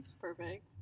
Perfect